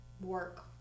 work